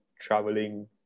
traveling